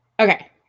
Okay